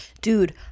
dude